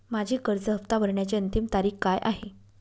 माझी कर्ज हफ्ता भरण्याची अंतिम तारीख काय आहे?